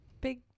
big